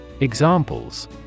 Examples